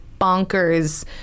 bonkers